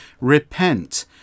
repent